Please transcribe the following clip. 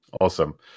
Awesome